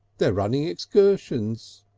they're running excursions.